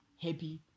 happy